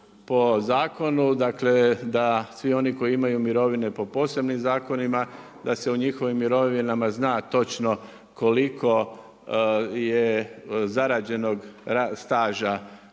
po zakonu, dakle da svi oni koji imaju mirovine po posebnim zakonima da se u njihovim mirovinama zna točno koliko je zarađenog staža